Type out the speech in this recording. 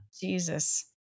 Jesus